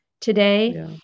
today